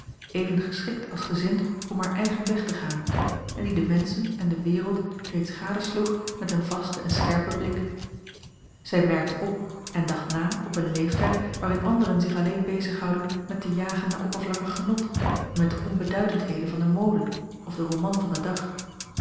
even geschikt als gezind om haar eigen weg te gaan en die de menschen en de wereld reeds gadesloeg met een vasten en scherpen blik zij merkte op en dacht na op een leeftijd waarin anderen zich alleen bezighouden met te jagen naar oppervlakkig genot en met de onbeduidendheden van de mode of den roman van den dag